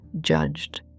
judged